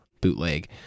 bootleg